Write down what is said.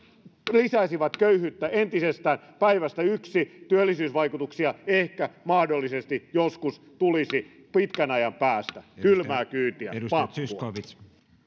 lisäisivät köyhyyttä entisestään päivästä yksi työllisyysvaikutuksia ehkä mahdollisesti joskus tulisi pitkän ajan päästä kylmää kyytiä pamppua arvoisa herra